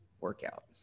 workout